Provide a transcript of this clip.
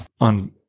on